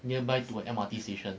nearby to M_R_T station